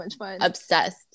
obsessed